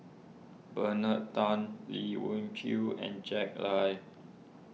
Bernard Tan Lee Wung Kilo and Jack Lai